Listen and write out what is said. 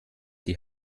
die